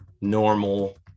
normal